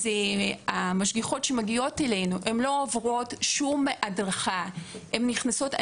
המשגיחות שמגיעות אלינו לא עוברות שום הדרכה כשהן נכנסות,